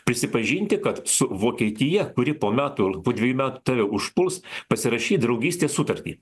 prisipažinti kad su vokietija kuri po metų po dviejų metų tave užpuls pasirašyt draugystės sutartį